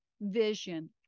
vision